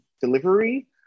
delivery